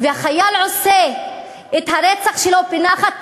והחייל עושה את הרצח שלו בנחת,